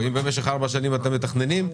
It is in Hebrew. ואם במשך ארבע שנים אתם מתכננים,